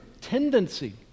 tendency